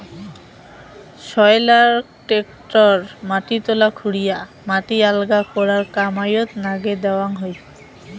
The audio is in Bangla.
সয়েলারক ট্রাক্টর মাটি তলা খুরিয়া মাটি আলগা করার কামাইয়ত নাগে দ্যাওয়াং হই